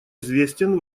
известен